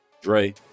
Dre